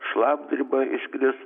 šlapdriba iškris